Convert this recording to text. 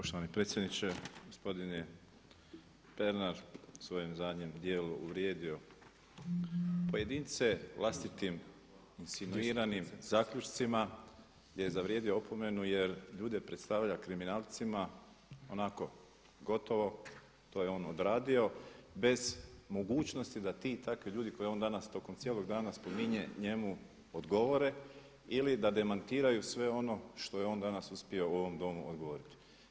Poštovani predsjedniče gospodin Pernar je u svojem zadnjem dijelu uvrijedio pojedince vlastitim insinuiranim zaključcima gdje je zavrijedio opomenu jer ljude predstavlja kriminalcima onako gotovo to je on odradio bez mogućnosti da ti i takvi ljudi koje on danas tokom cijelog dana spominje njemu odgovore ili da demantiraju sve ono što je on danas uspio u ovom Domu odgovoriti.